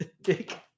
dick